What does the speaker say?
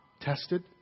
tested